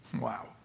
Wow